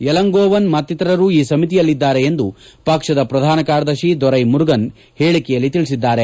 ಎಲಗೋಂವನ್ ಮತ್ತಿತ್ತರರು ಈ ಸಮಿತಿಯಲ್ಲಿದ್ದಾರೆ ಎಂದು ಪಕ್ಷದ ಪ್ರಧಾನ ಕಾರ್ಯದರ್ಶಿ ದೊರೈ ಮುರುಗನ್ ಹೇಳಿಕೆಯಲ್ಲಿ ತಿಳಿಸಿದ್ದಾರೆ